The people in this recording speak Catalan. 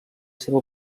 seva